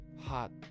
hot